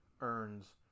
earns